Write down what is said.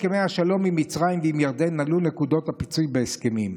בהסכמי השלום עם מצרים ועם ירדן עלו נקודות הפיצוי בהסכמים.